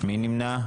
מי נמנע?